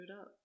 up